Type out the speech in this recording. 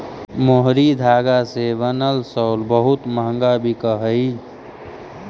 मोहरी धागा से बनल शॉल बहुत मँहगा बिकऽ हई